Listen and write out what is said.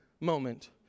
moment